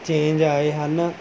change ਆਏ ਹਨ